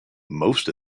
most